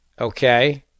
Okay